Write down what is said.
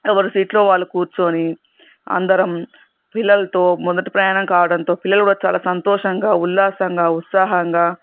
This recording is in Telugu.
ఎవరు సీట్లో వాళ్ళు కూర్చొని అందరం పిల్లలతో మొదట ప్రయాణం కావడంతో పిల్లలు కూడా చాలా సంతోషంగా ఉల్లాసంగా ఉత్సాహంగా